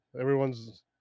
Everyone's